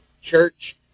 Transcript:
Church